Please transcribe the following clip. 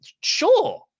Sure